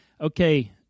okay